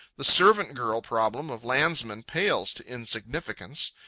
the servant-girl problem of landsmen pales to insignificance.